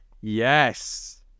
yes